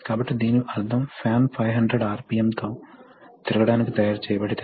కాబట్టి వీటి కారణంగా పరిశ్రమలో కంప్రెస్డ్ గాలిని ఉపయోగించేవారు ఉన్నారు